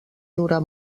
durar